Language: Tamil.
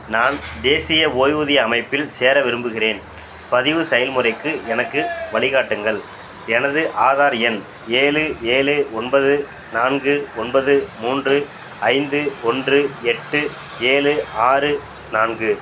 நான் தேசிய ஓய்வூதிய அமைப்பில் சேர விரும்புகிறேன் பதிவு செயல்முறைக்கு எனக்கு வழிகாட்டுங்கள் எனது ஆதார் எண் ஏழு ஏழு ஒன்பது நான்கு ஒன்பது மூன்று ஐந்து ஒன்று எட்டு ஏழு ஆறு நான்கு